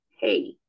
Hey